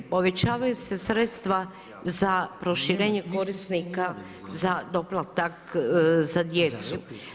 Povećavaju se sredstva za proširenje korisnika za doplatak za djecu.